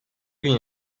gün